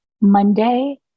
Monday